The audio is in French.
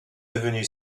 devenue